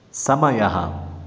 समयः